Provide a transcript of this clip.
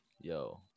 Yo